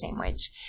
sandwich